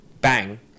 bang